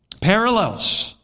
Parallels